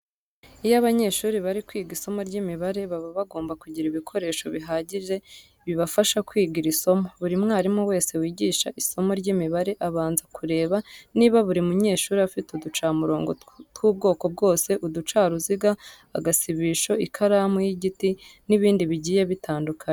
Iyo abanyeshuri bari kwiga isomo ry'imibare baba bagomba kugira ibikoresho bihagije bibafasha kwiga iri somo. Buri mwarimu wese wigisha isomo ry'imibare abanza kureba niba buri munyeshuri afite uducamurongo tw'ubwoko bwose, uducaruziga, agasibisho, ikaramu y'igiti n'ibindi bigiye bitandukanye.